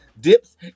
dips